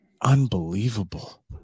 unbelievable